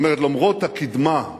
זאת אומרת, למרות הקידמה,